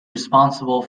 responsible